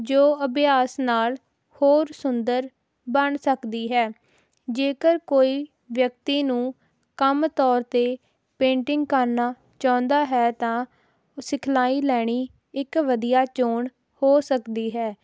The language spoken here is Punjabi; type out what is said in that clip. ਜੋ ਅਭਿਆਸ ਨਾਲ ਹੋਰ ਸੁੰਦਰ ਬਣ ਸਕਦੀ ਹੈ ਜੇਕਰ ਕੋਈ ਵਿਅਕਤੀ ਨੂੰ ਕੰਮ ਤੌਰ 'ਤੇ ਪੇਂਟਿੰਗ ਕਰਨਾ ਚਾਹੁੰਦਾ ਹੈ ਤਾਂ ਸਿਖਲਾਈ ਲੈਣੀ ਇੱਕ ਵਧੀਆ ਚੋਣ ਹੋ ਸਕਦੀ ਹੈ